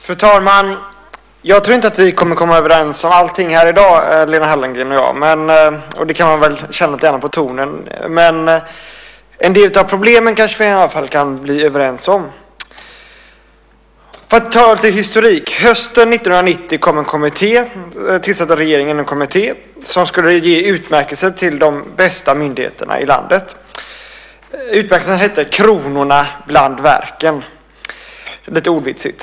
Fru talman! Jag tror inte att vi kommer att komma överens om allting här i dag, Lena Hallengren och jag. Och det kan man väl känna lite grann på tonen. Men en del av problemen kanske vi i alla fall kan bli överens om. För att ta lite historik: Hösten 1990 tillsatte regeringen en kommitté som skulle ge utmärkelser till de bästa myndigheterna i landet. Utmärkelsen hette Kronorna bland verken. Det är lite ordvitsigt.